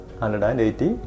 180